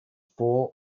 four